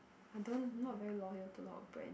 I don't not very loyal to a lot of brand